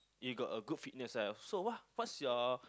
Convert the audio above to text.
you got a good fitness ah so what what's your